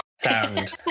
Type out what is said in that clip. sound